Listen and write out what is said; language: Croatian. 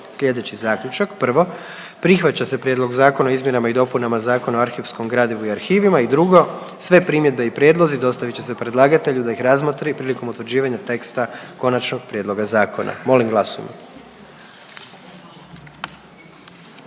sljedeći zaključak: 1. Prihvaća se Prijedlog Zakona o dostavi sudskih pismena; i 2. Sve primjedbe i prijedlozi dostavit će se predlagatelju da ih razmotri prilikom utvrđivanja teksta konačnog prijedloga zakona. Molim glasujmo.